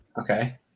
Okay